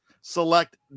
select